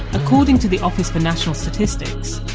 according to the office for national statistics,